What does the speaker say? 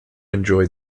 enjoy